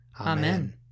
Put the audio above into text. Amen